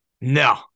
No